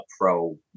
pro